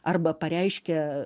arba pareiškia